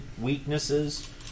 weaknesses